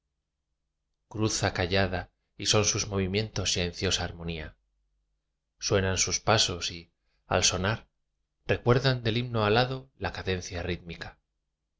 cruza callada y son sus movimientos silenciosa armonía suenan sus pasos y al sonar recuerdan del himno alado la cadencia rítmica